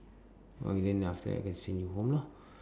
okay then after that I can send you home lah